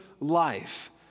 life